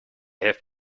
have